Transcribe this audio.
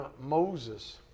Moses